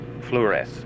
fluoresce